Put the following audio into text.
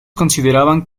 consideraban